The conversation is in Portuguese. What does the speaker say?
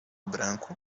branco